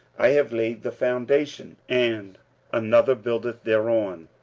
i have laid the foundation, and another buildeth thereon.